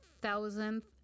thousandth